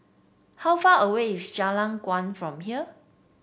how far away is Jalan Kuang from here